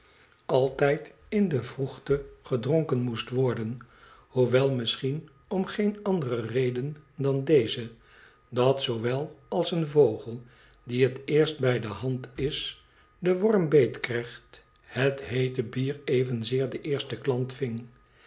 altijd in de vroegte gedronken moest worden hoewel misschien om geen andere reden dan deze dat zoowel als een vogel die het eerst bij de hand is den worm beetkrijgt het heete bier evenzeer den eersten klant ving